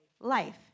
life